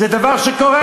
זה דבר שקורה.